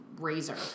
razor